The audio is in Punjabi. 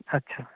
ਅੱਛਾ